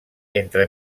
entre